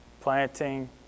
Planting